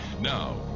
Now